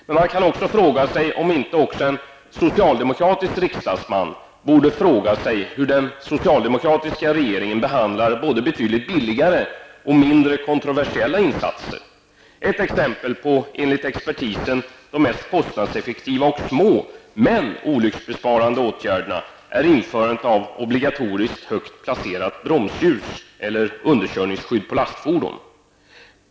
Men man kan också undra om inte även en socialdemokratisk riksdagsman borde fråga sig hur den socialdemokratiska regeringen behandlar både betydligt billigare och mindre kontroversiella insatser. Några exempel på dessa, enligt expertisen mest kostnadseffektiva och små, men olycksbesparande åtgärder, är införandet av obligatoriskt högt placerat bromsljus eller underkörningsskydd på lastfordon.